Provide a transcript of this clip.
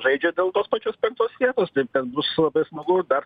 žaidžia dėl tos pačios penktos vietos taip kad bus labai smagu dar